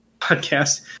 podcast